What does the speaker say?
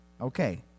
Okay